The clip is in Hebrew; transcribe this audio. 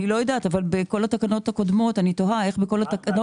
כן, בכולן.